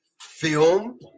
film